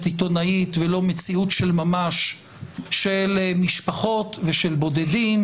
עיתונאית ולא מציאות של ממש של משפחות ושל בודדים,